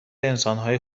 انسانهای